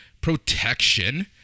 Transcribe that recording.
protection